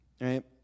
right